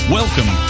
welcome